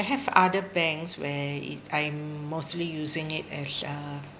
I have other banks where it I'm mostly using it as a